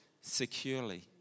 securely